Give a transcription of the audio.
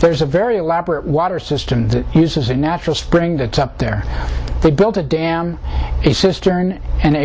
there's a very elaborate water system that uses a natural spring that up there they built a dam is cistern and